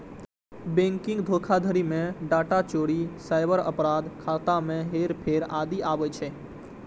banking धोखाधड़ी मे data चोरी, साइबर अपराध, खाता मे हेरफेर आदि आबै छै